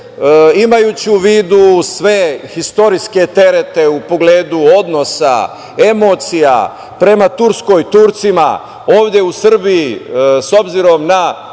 imajući u vidu sve istorijske terete u pogledu odnosa, emocija prema Turskoj, Turcima ovde u Srbiji, s obzirom na